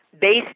based